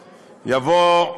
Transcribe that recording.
יבוא: